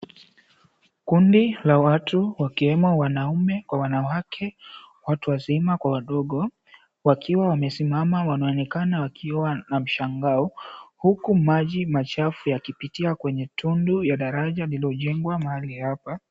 Kundi la watu wakiwemo wanaume kwa wanawake, watu wazima kwa wadogo wakiwa wamesimama. Wanaonekana wakiwa na mshangao huku maji machafu yakipitia kwenye tundu ya daraja iliyojengwa mahali hapa.